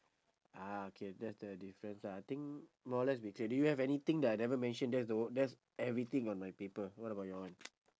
ah okay that's the difference lah I think more or less we clear do you have anything that I never mention that is the wh~ that's everything on my paper what about your one